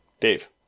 Dave